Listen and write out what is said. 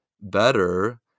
better